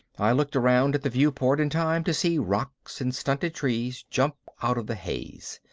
i looked around at the viewport in time to see rocks and stunted trees jump out of the haze.